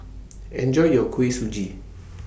Enjoy your Kuih Suji